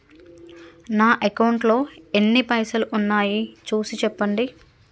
నా అకౌంట్లో ఎన్ని పైసలు ఉన్నాయి చూసి చెప్పండి?